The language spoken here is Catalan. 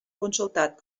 consultat